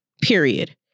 Period